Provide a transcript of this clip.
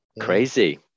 crazy